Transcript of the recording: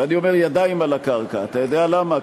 ואני אומר "ידיים על הקרקע", אתה יודע למה?